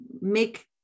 make